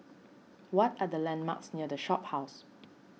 what are the landmarks near the Shophouse